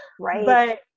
right